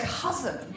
cousin